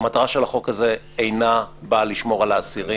המטרה של החוק הזה לא באה לשמור על האסירים,